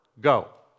go